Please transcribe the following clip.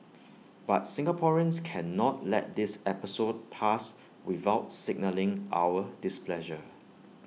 but Singaporeans cannot let this episode pass without signalling our displeasure